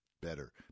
better